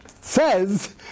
says